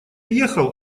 ехал